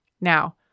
Now